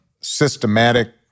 systematic